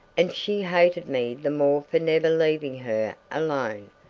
and she hated me the more for never leaving her alone!